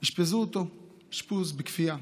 אשפזו אותו אשפוז בכפייה.